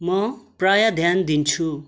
म प्राय ध्यान दिन्छु